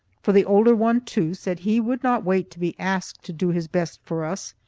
for the older one, too, said he would not wait to be asked to do his best for us.